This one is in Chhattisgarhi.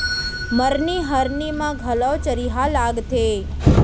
मरनी हरनी म घलौ चरिहा लागथे